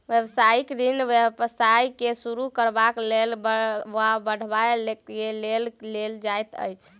व्यवसायिक ऋण व्यवसाय के शुरू करबाक लेल वा बढ़बय के लेल लेल जाइत अछि